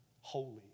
holy